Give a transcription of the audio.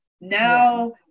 Now